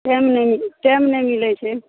time नहि time नहि मिलय छै